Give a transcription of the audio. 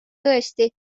tõesti